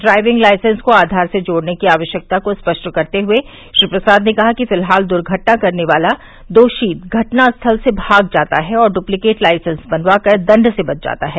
driving licence को आधार से जोड़ने की आवश्यकता को स्पष्ट करते हुए श्री प्रसाद ने कहा कि फिलहाल दुर्घटना करने वाला दोषी घटनास्थल से भाग जाता है और डुपलीकेट लाइसेंस बनवाकर दंड से बच जाता है